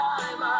Time